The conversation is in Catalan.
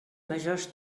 majors